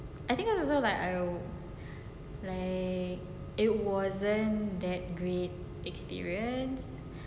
I think I was like oh like it wasn't that great experience